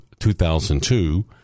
2002